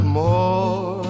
more